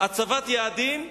הצבת יעדים ואי-השגתם.